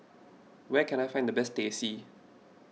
where can I find the best Teh C